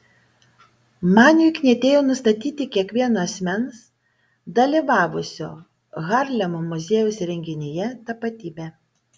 maniui knietėjo nustatyti kiekvieno asmens dalyvavusio harlemo muziejaus renginyje tapatybę